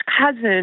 cousin